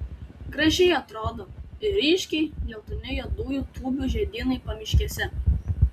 gražiai atrodo ir ryškiai geltoni juodųjų tūbių žiedynai pamiškėse